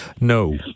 No